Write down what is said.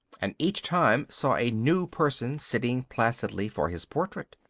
and each time saw a new person sitting placidly for his portrait.